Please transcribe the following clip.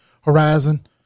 Horizon